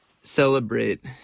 celebrate